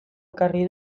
ekarri